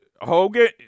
Hogan –